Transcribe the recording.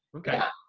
okay.